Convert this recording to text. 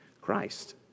Christ